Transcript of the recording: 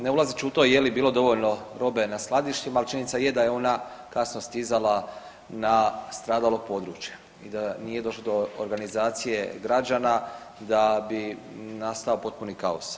Ne ulazeću u to je li bilo dovoljno robe na skladištima, ali činjenica je da je ona kasno stizala na stradalo područje i da nije došlo do organizacije građana, da bi nastao potpuni kaos.